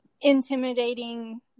intimidating